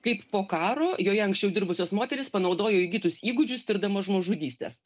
kaip po karo joje anksčiau dirbusios moterys panaudojo įgytus įgūdžius tirdamos žmogžudystes